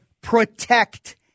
protect